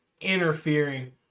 interfering